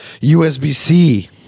USB-C